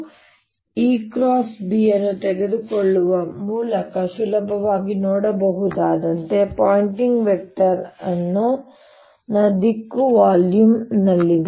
ಆದ್ದರಿಂದ ಈಗ ನಾವು ಏನು ಮಾಡುತ್ತಿದ್ದೇವೆ ಎಂದರೆ ನಾವು ಈ ತಂತಿಯನ್ನು ತೆಗೆದುಕೊಳ್ಳುತ್ತೇವೆ ಇದರಲ್ಲಿ ನಾನು ಹರಿಯುವ ಕರೆಂಟ್ ಇದೆ ಮತ್ತು ನಾವು ಈ ಪಾಯಿಂಟಿಂಗ್ ವೆಕ್ಟರ್ ಇದೆ ಎಂದು ತೋರಿಸಿದ್ದೇವೆ ಅದು ಶಕ್ತಿಯನ್ನು ಈ ತಂತಿಯ ಪರಿಮಾಣಕ್ಕೆ ತೆಗೆದುಕೊಳ್ಳುತ್ತದೆ ಮತ್ತು SI222a3Energy flowarea× time ವರ್ಗವಾಗಿದೆ